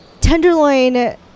tenderloin